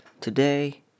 today